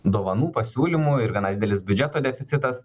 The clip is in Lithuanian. dovanų pasiūlymų ir gana didelis biudžeto deficitas